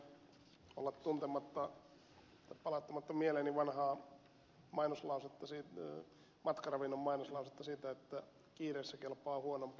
ponnisteluistani huolimatta en voi olla palauttamatta mieleeni vanhaa matkaravinnon mainoslausetta siitä että kiireessä kelpaa huonompikin ruoka